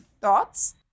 Thoughts